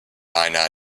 einer